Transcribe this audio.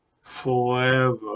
forever